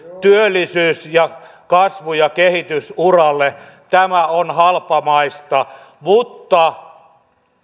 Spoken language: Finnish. työllisyys ja kasvu ja kehitysuralle tämä on halpamaista mutta